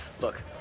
Look